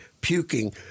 puking